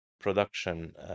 production